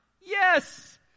Yes